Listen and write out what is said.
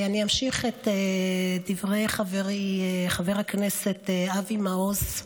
אני אמשיך את דברי חברי חבר הכנסת אבי מעוז.